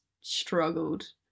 struggled